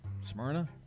Smyrna